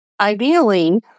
ideally